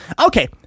Okay